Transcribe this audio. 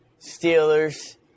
Steelers